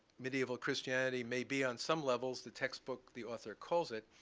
medieval christianity may be on some levels the textbook the author calls it,